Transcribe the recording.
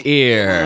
ear